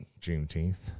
juneteenth